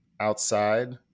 outside